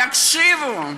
תקשיבו.